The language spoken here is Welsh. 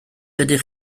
ydych